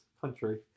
country